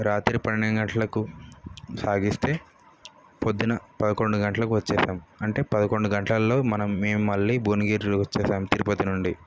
రాత్రి పన్నెండు గంటలకి సాగిస్తే ప్రొద్దున పదకొండు గంటలకి వచ్చేసాము అంటే పదకొండు గంటలలో మనం మేము మళ్ళీ బోనగిరిలో వచ్చేసాము తిరుపతి నుండి